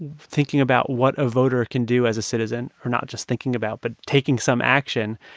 thinking about what a voter can do as a citizen or not just thinking about but taking some action,